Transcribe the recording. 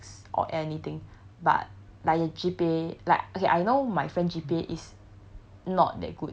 not trying to flex or anything but like the G_P_A like okay I know my friend G_P_A is